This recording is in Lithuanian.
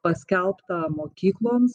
paskelbta mokykloms